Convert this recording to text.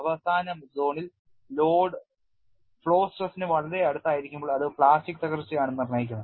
അവസാന സോണിൽ load flow സ്ട്രെസിന് വളരെ അടുത്തായിരിക്കുമ്പോൾ അത് പ്ലാസ്റ്റിക് തകർച്ചയാണ് നിർണ്ണയിക്കുന്നത്